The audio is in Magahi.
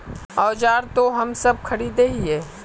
औजार तो हम सब खरीदे हीये?